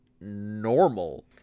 normal